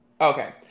Okay